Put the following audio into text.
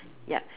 yup